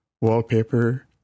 wallpaper